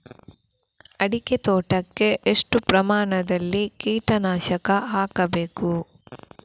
ಅಡಿಕೆ ತೋಟಕ್ಕೆ ಎಷ್ಟು ಪ್ರಮಾಣದಲ್ಲಿ ಕೀಟನಾಶಕ ಹಾಕಬೇಕು?